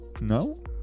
No